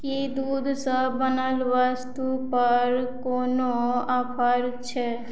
कि दूधसँ बनल वस्तुपर कोनो ऑफर छै